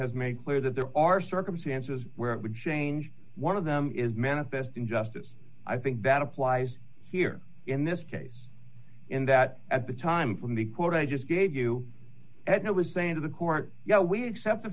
has made clear that there are circumstances where it would change one of them is manifest injustice i think that applies here in this case in that at the time from the quote i just gave you it was saying to the court you know we accept the